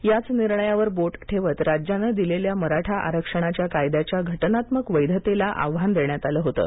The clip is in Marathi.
याच निर्णयावर बोट ठेवत राज्यानं दिलेल्या मराठा आरक्षणाच्या कायद्याच्या घटनात्मक वैधतेला आव्हान देण्यात आलं होतं